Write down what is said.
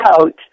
out